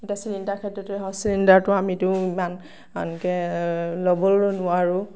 এতিয়া চিলিণ্ডাৰৰ ক্ষেত্ৰতে হওঁক চিলিণ্ডাৰটো আমিতো ইমানকৈ ল'বলৈ নোৱাৰোঁ